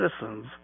citizens